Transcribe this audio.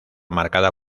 marcada